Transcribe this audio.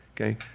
okay